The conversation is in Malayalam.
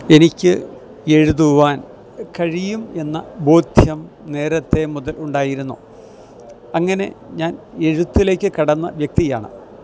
എനിക്ക് എഴുതുവാൻ കഴിയുമെന്ന ബോധ്യം നേരത്തെ മുതൽ ഉണ്ടായിരുന്നു അങ്ങനെ ഞാൻ എഴുത്തിലേക്ക് കടന്ന വ്യക്തിയാണ്